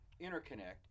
interconnect